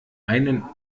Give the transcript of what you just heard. einen